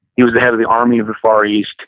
he was the head of the army of the far east.